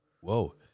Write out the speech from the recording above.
Whoa